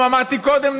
שיישמרו הקהילות שלהם.